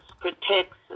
protects